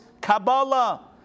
Kabbalah